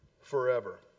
forever